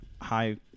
High